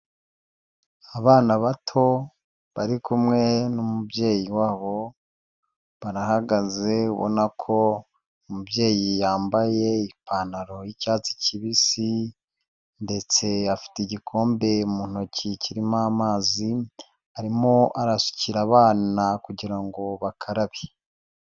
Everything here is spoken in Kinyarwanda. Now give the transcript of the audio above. Abana bato bari kumwe n'umubyeyi wabo, barahagaze, ubona ko umubyeyi yambaye ipantaro y'icyatsi kibisi ndetse afite igikombe mu ntoki kirimo amazi, arimo arasukira abana kugira ngo bakarabe.